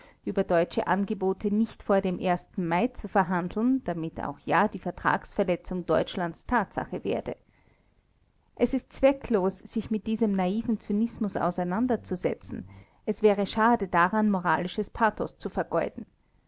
über deutsche angebote nicht vor dem mai zu verhandeln damit auch ja die vertragsverletzung deutschlands tatsache werde es ist zwecklos sich mit diesem naiven zynismus auseinanderzusetzen es wäre schade daran moralisches pathos zu vergeuden